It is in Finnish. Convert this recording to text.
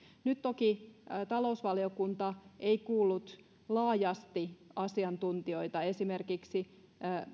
nyt toki talousvaliokunta ei kuullut laajasti asiantuntijoita esimerkiksi